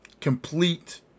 complete